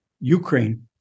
Ukraine